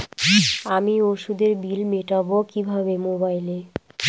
আমি ওষুধের বিল মেটাব কিভাবে মোবাইলে?